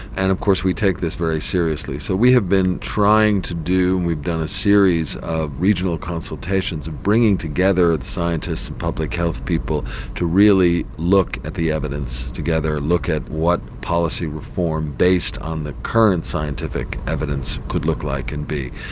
and of course we take this very seriously. so we have been trying to do and we've done a series of regional consultations consultations of bringing together scientists and public health people to really look at the evidence together, look at what policy reform based on the current scientific evidence could look like and be.